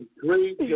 great